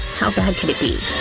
how bad could it be?